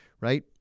right